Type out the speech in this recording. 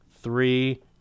three